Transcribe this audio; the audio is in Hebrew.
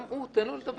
גם הוא תן לו לדבר.